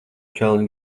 čalis